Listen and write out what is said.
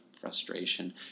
frustration